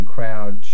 Crowd